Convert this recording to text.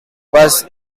was